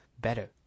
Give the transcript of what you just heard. better